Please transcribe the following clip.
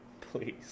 please